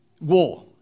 war